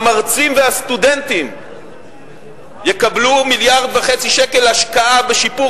המרצים והסטודנטים יקבלו מיליארד וחצי שקל השקעה בשיפור